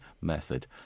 method